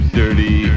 dirty